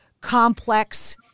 complex